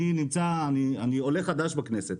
אני עולה חדש בכנסת.